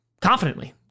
confidently